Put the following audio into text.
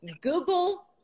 Google